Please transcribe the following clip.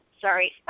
sorry